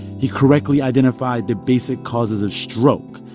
he correctly identified the basic causes of stroke,